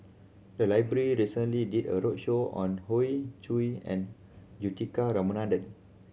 the library recently did a roadshow on Hoey Choo and Juthika Ramanathan